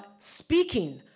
speaking,